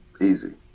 Easy